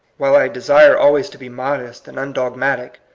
while i desire al ways to be modest and undog matic,